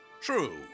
True